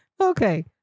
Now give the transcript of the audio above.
Okay